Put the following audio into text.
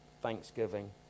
thanksgiving